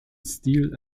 stil